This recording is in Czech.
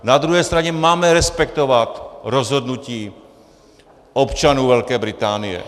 Na druhé straně máme respektovat rozhodnutí občanů Velké Británie.